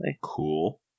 cool